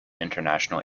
international